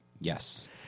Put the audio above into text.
Yes